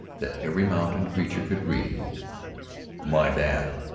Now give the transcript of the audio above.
that every mountain creature could read my bath.